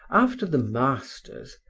after the masters,